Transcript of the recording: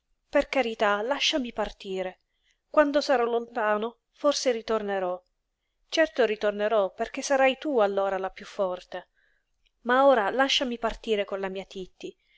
per carità lasciami partire quando sarò lontano forse ritornerò certo ritornerò perché sarai tu allora la piú forte ma ora lasciami partire con la mia titti